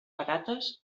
patates